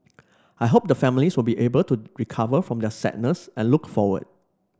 I hope the families will be able to recover from their sadness and look forward